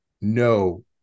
no